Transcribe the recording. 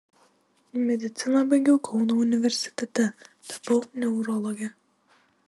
mediciną baigiau kauno universitete tapau neurologe